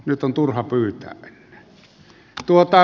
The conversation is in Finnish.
nyt on turha pyytää enää